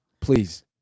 Please